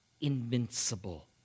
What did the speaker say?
invincible